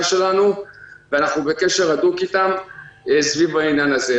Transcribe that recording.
שלנו ואנחנו בקשר הדוק איתם סביב העניין הזה.